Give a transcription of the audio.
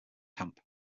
camp